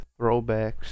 throwbacks